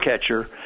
catcher